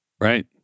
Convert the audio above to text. Right